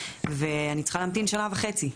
ואני צריכה להמתין שנה וחצי.